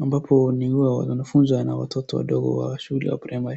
ambapo ni huwa wanafunzi wana watoto wadogo wa shule ya Praimary .